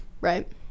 right